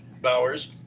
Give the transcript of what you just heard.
Bowers